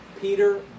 Peter